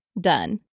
Done